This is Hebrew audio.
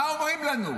מה אומרים לנו?